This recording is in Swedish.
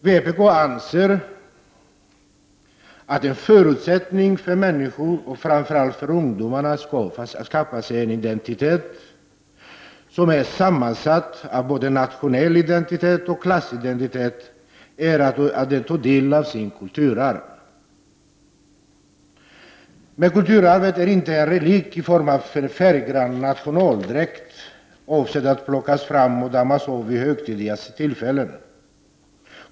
Vpk anser att en förutsättning för att människorna och framför allt ungdomarna skall kunna skaffa sig en identitet, som är sammansatt av både nationell identitet och klassidentitet, är att de tar del av sitt kulturarv. Men kulturarvet är inte en relik i form av en färggrann nationaldräkt avsedd att plockas fram och dammas av vid högtidliga tillfällen.